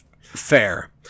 Fair